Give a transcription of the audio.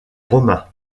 romains